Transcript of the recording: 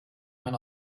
man